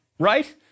Right